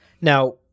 Now